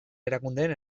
erakundeen